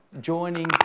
joining